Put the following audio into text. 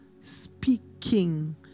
speaking